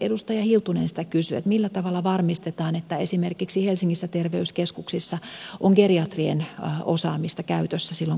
edustaja hiltunen sitä kysyi että millä tavalla varmistetaan että esimerkiksi helsingissä terveyskeskuksissa on geriatrien osaamista käytössä silloin kun sitä tarvitaan